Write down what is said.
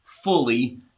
fully